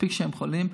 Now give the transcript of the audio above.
מספיק שהם חולים.